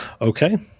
Okay